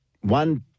one